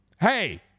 hey